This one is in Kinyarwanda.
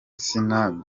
asinah